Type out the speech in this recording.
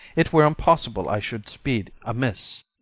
it were impossible i should speed amiss.